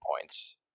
points